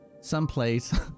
Someplace